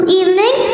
evening